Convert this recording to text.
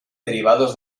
derivados